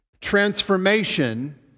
transformation